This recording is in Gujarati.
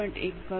1 કરો